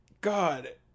God